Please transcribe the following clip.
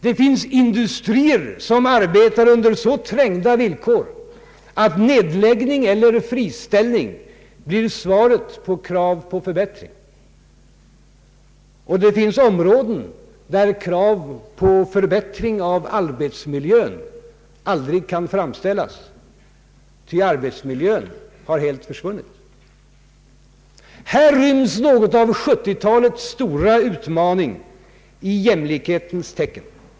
Det finns industrier som arbetar under så trängda villkor att nedläggning eller friställning blir svaret på krav om förbätt ring. Det finns också områden där krav på förbättring av arbetsmiljön aldrig kan framställas, eftersom arbetsmiljön helt har försvunnit. Här ryms något av 1970-talets stora utmaning i jämlikhetens tecken.